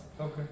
Okay